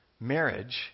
Marriage